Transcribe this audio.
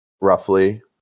roughly